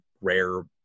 rare